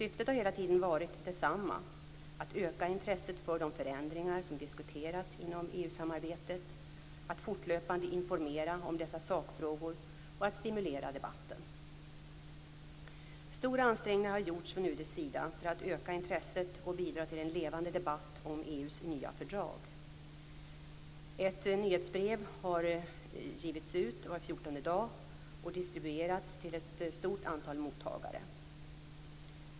Syftet har hela tiden varit detsamma - att öka intresset för de förändringar som diskuteras inom EU-samarbetet, att fortlöpande informera om dessa sakfrågor och att stimulera debatten. Stora ansträngningar har gjorts från UD:s sida för att öka intresset och bidra till en levande debatt om EU:s nya fördrag. Ett nyhetsbrev har givits ut var fjortonde dag och distribuerats till ett stort antal mottagare.